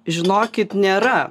žinokit nėra